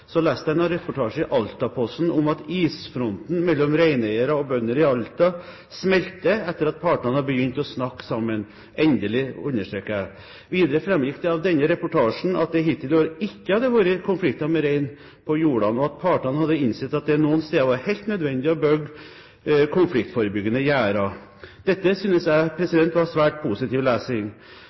leste jeg en reportasje i Altaposten om at isfronten mellom reineiere og bønder i Alta smelter etter at partene har begynt å snakke sammen. Endelig, understreker jeg. Videre framgikk det av denne reportasjen at det hittil i år ikke hadde vært konflikter med rein på jordene, og at partene hadde innsett at det noen steder var helt nødvendig å bygge konfliktforebyggende gjerder. Dette synes jeg var svært positiv